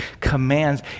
commands